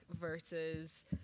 versus